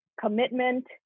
commitment